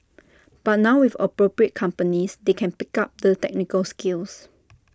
but now with appropriate companies they can pick up the technical skills